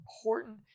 important